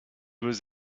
was